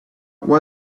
why